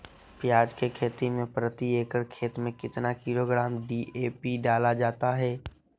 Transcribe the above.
प्याज की खेती में प्रति एकड़ खेत में कितना किलोग्राम डी.ए.पी डाला जाता है?